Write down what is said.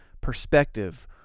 perspective